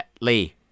Lee